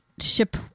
ship